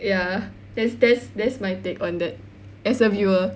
ya that's that's that's my take on that as a viewer